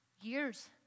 years